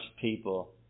people